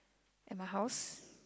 at my house